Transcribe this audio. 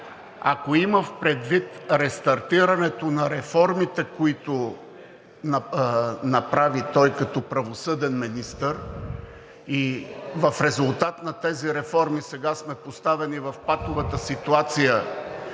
Ако има предвид рестартирането на реформите, които направи той като правосъден министър, и в резултат на тези реформи сега сме поставени в патовата ситуация